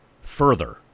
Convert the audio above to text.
further